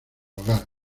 hogar